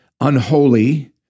Unholy